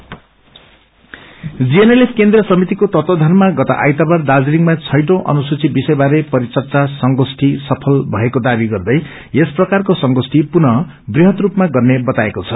GNLF GNLF केन्द्रिय समितिको तत्वाधनमा गत आइतबार दार्जीलिङमा छैंटौ अनुसूचि विषयबारे परिचच्य संगोष्ठी सुल भएको दावी गर्दै यस प्रकारको संगोष्ट्री पुनः वृहत रूपमा गर्ने बताएको छ